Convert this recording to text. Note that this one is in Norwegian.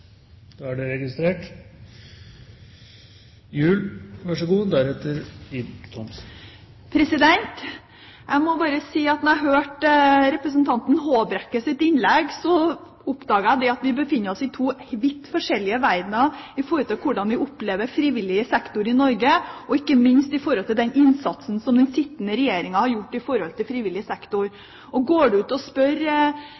Jeg må bare si at da jeg hørte representanten Håbrekkes innlegg, oppdaget jeg at vi befinner oss i to vidt forskjellige verdener i forhold til hvordan vi opplever frivillig sektor i Norge, og ikke minst den innsatsen som den sittende regjering har gjort